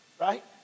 Right